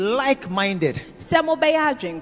like-minded